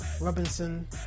Robinson